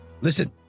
Listen